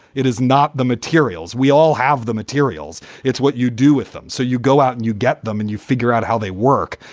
it is not the materials. we all have the materials. it's what you do with them. so you go out and you get them and you figure how they work.